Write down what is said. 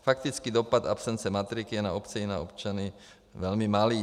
Faktický dopad absence matriky na obce i na občany je velmi malý.